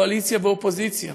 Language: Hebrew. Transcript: קואליציה ואופוזיציה?